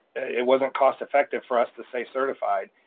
it wasn't cost effective for us to stay certified,